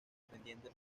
pendiente